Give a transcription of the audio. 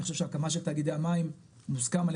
אני חושב שההקמה של תאגידי המים מוסכם על